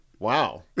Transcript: Wow